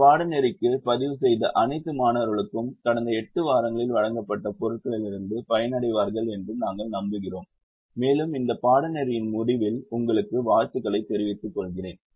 இந்த பாடநெறிக்கு பதிவுசெய்த அனைத்து மாணவர்களும் கடந்த 8 வாரங்களில் வழங்கப்பட்ட பொருட்களிலிருந்து பயனடைவார்கள் என்று நாங்கள் நம்புகிறோம் மேலும் இந்த பாடநெறியின் முடிவில் உங்களுக்கு வாழ்த்துக்களைத் தெரிவித்துக் கொள்கிறேன்